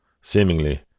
Seemingly